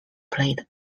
played